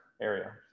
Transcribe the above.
area